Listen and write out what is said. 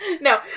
no